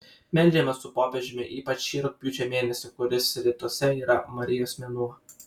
meldžiamės su popiežiumi ypač šį rugpjūčio mėnesį kuris rytuose yra marijos mėnuo